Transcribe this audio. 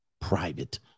private